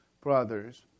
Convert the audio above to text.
brothers